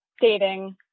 dating